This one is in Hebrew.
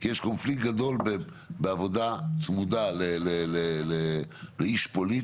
זו בעיה, זה מיד זז יום אחרי.